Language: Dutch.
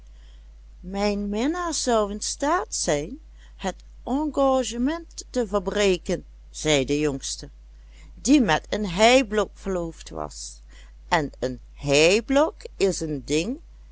mijn minnaar zou in staat zijn het engagement te verbreken zei de jongste die met een heiblok verloofd was en een heiblok is een ding